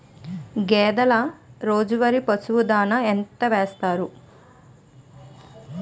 గేదెల రోజువారి పశువు దాణాఎంత వేస్తారు?